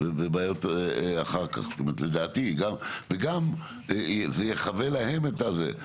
ובעיות אחר כך, וגם זה יחווה להם את זה.